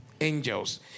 Angels